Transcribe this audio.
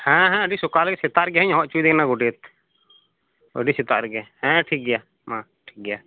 ᱦᱮᱸ ᱦᱮᱸ ᱟᱹᱰᱤ ᱥᱚᱠᱟᱞᱮ ᱥᱮᱛᱟᱜ ᱨᱮᱜᱮ ᱱᱟᱦᱟᱧ ᱦᱚᱦᱚ ᱦᱚᱪᱚᱭᱮ ᱠᱟᱱᱟ ᱜᱳᱰᱮᱛ ᱟᱹᱰᱤ ᱥᱮᱛᱟᱜ ᱨᱮᱜᱮ ᱦᱮᱸ ᱴᱷᱤᱠ ᱜᱮᱭᱟ ᱢᱟ ᱴᱷᱤᱠ ᱜᱮᱭᱟ